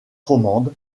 romande